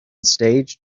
stage